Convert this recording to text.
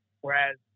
whereas